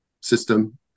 system